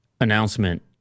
announcement